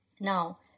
now